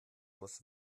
muss